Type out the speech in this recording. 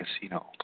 Casino